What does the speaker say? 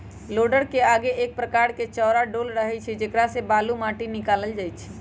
लोडरके आगे एक प्रकार के चौरा डोल रहै छइ जेकरा से बालू, माटि निकालल जाइ छइ